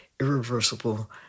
irreversible